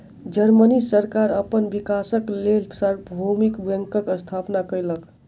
Germany सरकार अपन विकासक लेल सार्वभौमिक बैंकक स्थापना केलक